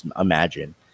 imagine